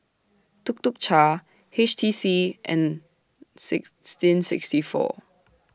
Tuk Tuk Cha H T C and sixteen sixty four